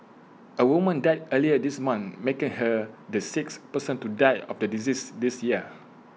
A woman died earlier this month making her the sixth person to die of the disease this year